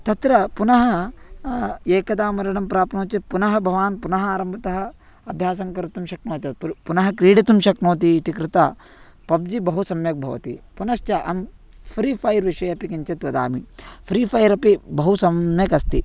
तत्र पुनः एकदा मरणं प्राप्नोति चेत् पुनः भवान् पुनः आरम्भतः अभ्यासं कर्तुं शक्नोति तत् पुरु पुनः क्रीडितुं शक्नोतीति कृत्वा पब्जि बहु सम्यक् भवति पुनश्च अहं फ़्री फ़ैर् विषये अपि किञ्चित् वदामि फ़्री फ़ैर् अपि बहु सम्यक् अस्ति